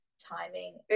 timing